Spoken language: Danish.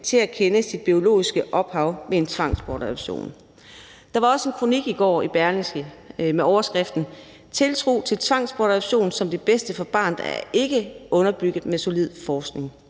til at kende sit biologiske ophav ved en tvangsbortadoption? Der var også en kronik i Berlingske i går med overskriften: »Den store tiltro til tvangsbortadoption som det bedste for barnet er ikke velunderbygget med solid forskning.«